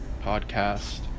podcast